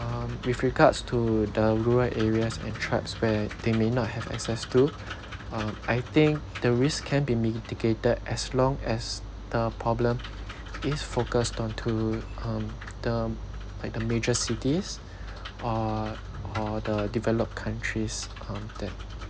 um with regards to the rural areas and tribes where they may not have access to uh I think the risks can be mitigated as long as the problem is focused on to um um like the major cities or or the developed countries um that